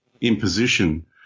imposition